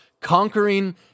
conquering